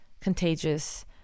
contagious